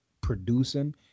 producing